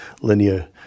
linear